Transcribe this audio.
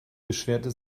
beschwerte